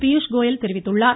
பியூஷ் கோயல் தெரிவித்துள்ளார்